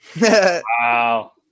Wow